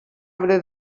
arbre